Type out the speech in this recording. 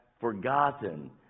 forgotten